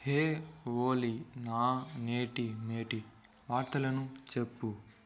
hey ఓలీ నా నేటి మేటి వార్తలను చెప్పు